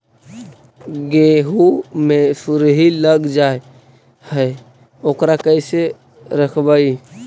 गेहू मे सुरही लग जाय है ओकरा कैसे रखबइ?